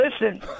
listen